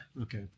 Okay